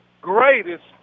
greatest